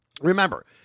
Remember